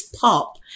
pop